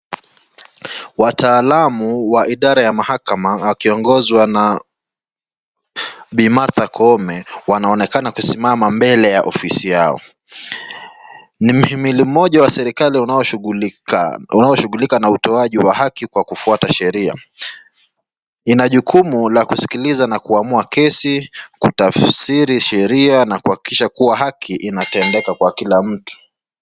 Wataalamu wa idara ya mahakama wakiongozwa na Bi Martha Koome, wanaonekana kusimama mbele ya ofisi yao. Ni mhimili mmoja wa serekali unaoshughulika, unaoshughulika na utoaji wa haki kwa kufuata sheria. Ina jukumu la kusikiliza na kuamua kesi, kutafsiri sheria na kuhakikisha kuwa haki inatendeka kwa kila mtu.